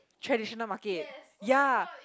traditional markets ya